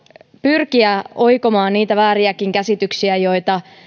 pyrkiä oikomaan niitä vääriäkin käsityksiä joita